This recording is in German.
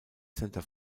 center